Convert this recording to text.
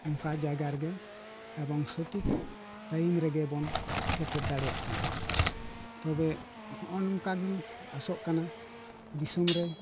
ᱚᱱᱠᱟ ᱡᱟᱭᱜᱟ ᱨᱮᱜᱮ ᱮᱵᱚᱝ ᱥᱚᱴᱷᱤᱠ ᱴᱟᱭᱤᱢ ᱨᱮᱜᱮ ᱵᱚᱱ ᱥᱮᱴᱮᱨ ᱫᱟᱲᱮᱭᱟᱜ ᱠᱟᱱᱟ ᱛᱚᱵᱮ ᱱᱚᱜᱼᱚ ᱱᱚᱝᱠᱟ ᱜᱤᱧ ᱟᱥᱚᱜ ᱠᱟᱱᱟ ᱫᱤᱥᱚᱢ ᱨᱮ